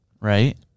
right